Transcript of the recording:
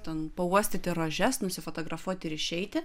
ten pauostyti rožes nusifotografuoti ir išeiti